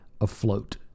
afloat